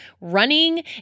running